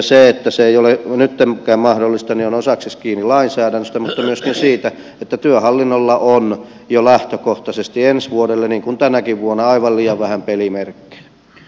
se että se ei ole nytkään mahdollista on osaksi kiinni lainsäädännöstä mutta myöskin siitä että työhallinnolla on jo lähtökohtaisesti ensi vuodelle niin kuin tänäkin vuonna aivan liian vähän pelimerkkejä